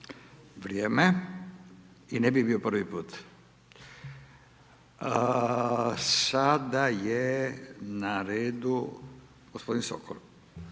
Vrijeme. I ne bi bio prvi put. Sada je na redu gospodin Sokol.